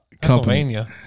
Pennsylvania